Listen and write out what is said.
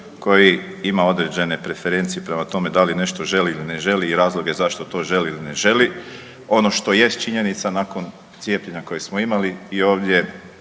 koji ima određene preferencije prema tome da li nešto želi ili ne želi i razloge zašto to želi ili ne želi. Ono što jest činjenica nakon cijepljenja koje smo imali i ovdje